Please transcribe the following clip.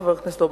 חבר הכנסת אורבך,